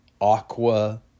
aqua